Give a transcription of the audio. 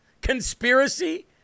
Conspiracy